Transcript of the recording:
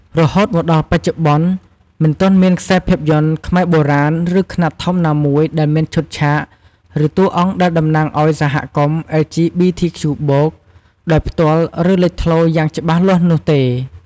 រហូតមកដល់បច្ចុប្បន្ន មិនទាន់មានខ្សែភាពយន្តខ្មែរបុរាណ ឬខ្នាតធំ ណាមួយដែលមានឈុតឆាក ឬតួអង្គដែលតំណាងឱ្យសហគមន៍ អិល ជី ប៊ី ធី ខ្ជូ បូក (LGBTQ+)ដោយផ្ទាល់ឬលេចធ្លោយ៉ាងច្បាស់លាស់នោះទេ។